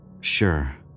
Sure